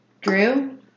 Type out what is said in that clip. Drew